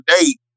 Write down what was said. date